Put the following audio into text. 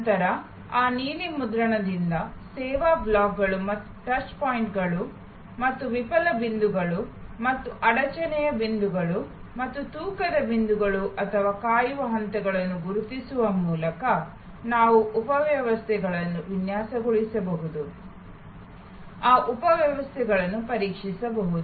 ನಂತರ ಆ ನೀಲಿ ನಕ್ಷೆಯಿಂದ ಸೇವಾ ಬ್ಲಾಕ್ಗಳು ಮತ್ತು ಟಚ್ ಪಾಯಿಂಟ್ಗಳು ಮತ್ತು ವಿಫಲ ಬಿಂದುಗಳು ಮತ್ತು ಅಡಚಣೆಯ ಬಿಂದುಗಳು ಮತ್ತು ತೂಕದ ಬಿಂದುಗಳು ಅಥವಾ ಕಾಯುವ ಹಂತಗಳನ್ನು ಗುರುತಿಸುವ ಮೂಲಕ ನಾವು ಉಪವ್ಯವಸ್ಥೆಗಳನ್ನು ವಿನ್ಯಾಸಗೊಳಿಸಬಹುದು ಆ ಉಪವ್ಯವಸ್ಥೆಗಳನ್ನು ಪರೀಕ್ಷಿಸಬಹುದು